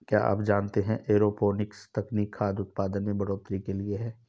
क्या आप जानते है एरोपोनिक्स तकनीक खाद्य उतपादन में बढ़ोतरी के लिए है?